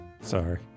Sorry